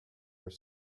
were